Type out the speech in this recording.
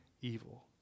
evil